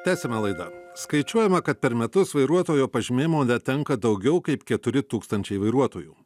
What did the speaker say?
tęsiame laidą skaičiuojama kad per metus vairuotojo pažymėjimo netenka daugiau kaip keturi tūkstančiai vairuotojų